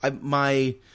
My-